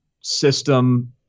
system